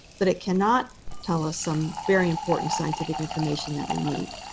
but it cannot tell us some very important scientific information that we need.